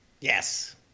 Yes